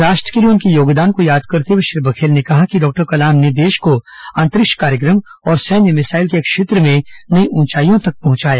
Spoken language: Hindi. राष्ट्र के लिए उनके योगदान को याद करते हुए श्री बघेल ने कहा कि डॉक्टर कलाम ने देश को अंतरिक्ष कार्यक्रम और सैन्य मिसाईल के क्षेत्र में नई ऊंचाईयों तक पहुंचाया